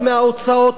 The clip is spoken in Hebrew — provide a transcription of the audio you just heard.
משפט אחרון.